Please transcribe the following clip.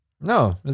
no